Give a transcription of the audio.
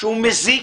שהוא מזיק,